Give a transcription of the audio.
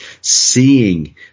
seeing